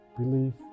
Relief